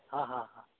हां हां हां